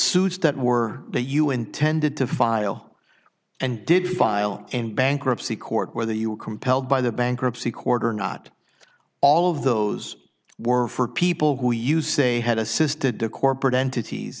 suits that were the un tended to file and did file in bankruptcy court whether you were compelled by the bankruptcy court or not all of those were for people who use a had assisted the corporate entities